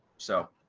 so